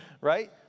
right